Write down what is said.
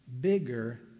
bigger